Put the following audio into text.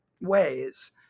ways